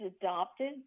adopted